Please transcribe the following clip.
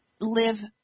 live